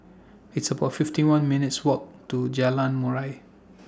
It's about fifty one minutes' Walk to Jalan Murai